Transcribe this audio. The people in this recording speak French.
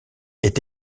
est